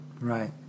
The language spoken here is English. Right